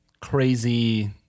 crazy